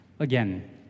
Again